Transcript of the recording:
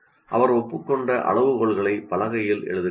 அவர் ஒப்புக்கொண்ட அளவுகோல்களை பலகையில் எழுதுகிறார்